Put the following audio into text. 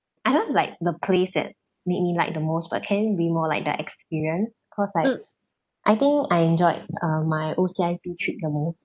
I don't have like the place that make me like the most but can be more like that experience cause I I think I enjoyed err my O_C_I_P trip the most